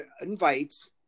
invites